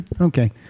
Okay